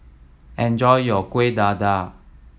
enjoy your Kuih Dadar